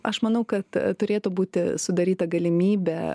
aš manau kad turėtų būti sudaryta galimybė